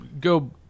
go